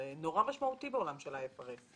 זה נורא משמעותי בעולם של ה-IFRS.